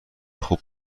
خوب